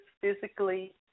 physically